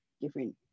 different